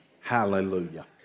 Hallelujah